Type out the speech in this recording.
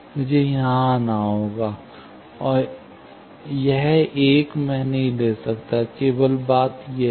मुझे यहाँ आना होगा और यह एक मैं नहीं ले सकता केवल बात यह है